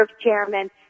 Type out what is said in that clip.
Chairman